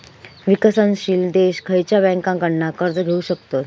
विकसनशील देश खयच्या बँकेंकडना कर्ज घेउ शकतत?